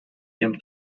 ihrem